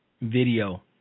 video